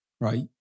right